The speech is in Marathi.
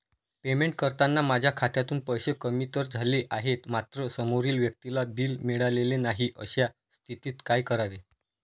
पेमेंट करताना माझ्या खात्यातून पैसे कमी तर झाले आहेत मात्र समोरील व्यक्तीला बिल मिळालेले नाही, अशा स्थितीत काय करावे?